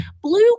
Blue